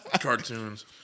cartoons